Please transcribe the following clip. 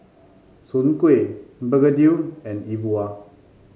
Soon Kway begedil and E Bua